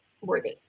worthy